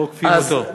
לא אוכפים אותו.